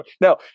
Now